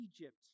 Egypt